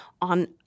on